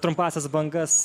trumpąsias bangas